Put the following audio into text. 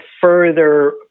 further